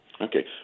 Okay